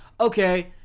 okay